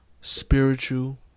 Spiritual